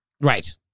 Right